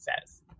Says